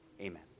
Amen